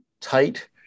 tight